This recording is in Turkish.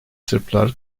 sırplar